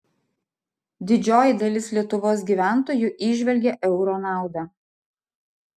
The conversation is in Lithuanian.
didžioji dalis lietuvos gyventojų įžvelgia euro naudą